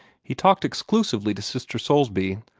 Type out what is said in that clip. he talked exclusively to sister soulsby,